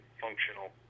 functional